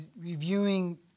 reviewing